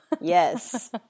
Yes